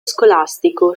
scolastico